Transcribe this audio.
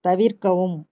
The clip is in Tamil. தவிர்க்கவும்